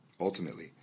Ultimately